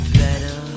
better